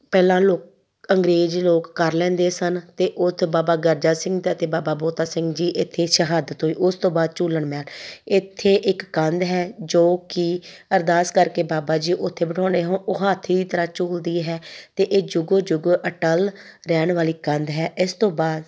ਪਹਿਲਾਂ ਲੋਕ ਅੰਗਰੇਜ਼ ਲੋਕ ਕਰ ਲੈਂਦੇ ਸਨ ਅਤੇ ਉੱਥੇ ਬਾਬਾ ਗਰਜਾ ਸਿੰਘ ਦਾ ਅਤੇ ਬਾਬਾ ਬੋਤਾ ਸਿੰਘ ਜੀ ਇੱਥੇ ਸ਼ਹਾਦਤ ਹੋਈ ਉਸ ਤੋਂ ਬਾਅਦ ਝੂਲਣ ਮਹਿਲ ਇੱਥੇ ਇੱਕ ਕੰਧ ਹੈ ਜੋ ਕਿ ਅਰਦਾਸ ਕਰਕੇ ਬਾਬਾ ਜੀ ਉੱਥੇ ਬਿਠਾਉਣੇ ਹੋਣ ਉਹ ਹਾਥੀ ਦੀ ਤਰ੍ਹਾਂ ਝੂਲਦੀ ਹੈ ਅਤੇ ਇਹ ਜੁਗੋ ਜੁਗ ਅਟੱਲ ਰਹਿਣ ਵਾਲੀ ਕੰਧ ਹੈ ਇਸ ਤੋਂ ਬਾਅਦ